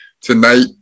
Tonight